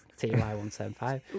TY175